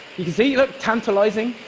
you can see, look tantalizing.